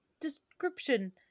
description